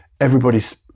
everybody's